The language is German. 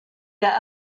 der